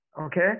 Okay